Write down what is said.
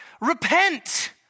Repent